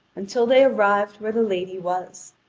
until they arrived where the lady was.